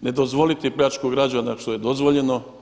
ne dozvoliti pljačku građana što je dozvoljeno.